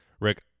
Rick